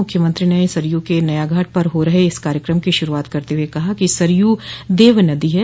मुख्यमंत्री ने सरयू के नया घाट पर हो रहे इस कार्यक्रम की शुरूआत करते हुए कहा कि सरयू देव नदी है